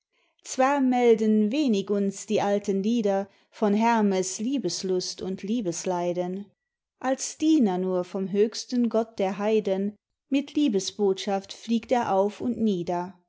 zwar melden wenig uns die alten lieder von hermes liebeslust und liebesleiden als diener nur vom höchsten gott der heiden mit liebesbotschaft fliegt er auf und nieder